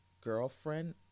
girlfriend